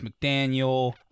McDaniel